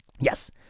Yes